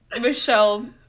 michelle